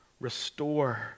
restore